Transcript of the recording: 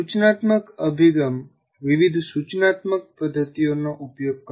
સૂચનાત્મક અભિગમ વિવિધ સૂચનાત્મક પદ્ધતિઓનો ઉપયોગ કરશે